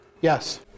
Yes